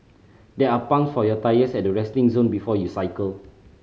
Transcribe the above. there are pump for your tyres at the resting zone before you cycle